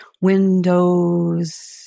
Windows